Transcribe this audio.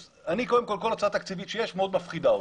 אז אני קודם כל כל הצעה תקציבית שיש מאוד מפחידה אותי.